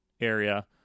area